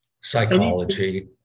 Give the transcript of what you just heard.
psychology